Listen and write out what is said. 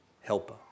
helper